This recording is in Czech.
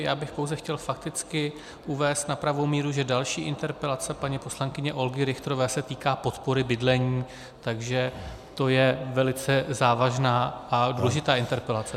Já bych pouze chtěl fakticky uvést na pravou míru, že další interpelace paní poslankyně Olgy Richterové se týká podpory bydlení, takže to je velice závažná a důležitá interpelace.